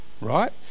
right